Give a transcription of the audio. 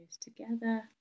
together